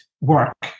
work